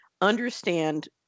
understand